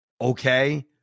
okay